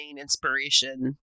inspiration